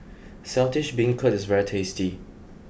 Saltish Beancurd is very tasty